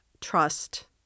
trust